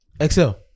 Excel